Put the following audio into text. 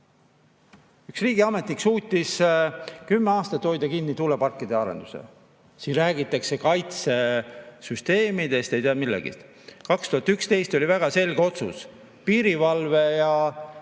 Üks riigiametnik suutis kümme aastat hoida kinni tuuleparkide arendust. Siin räägitakse kaitsesüsteemidest ja ei tea, millest veel. Aastal 2011 oli väga selge otsus: piirivalve ja